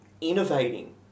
innovating